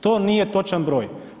To nije točan broj.